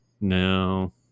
No